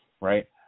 right